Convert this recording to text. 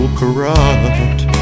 corrupt